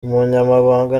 umunyamabanga